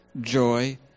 joy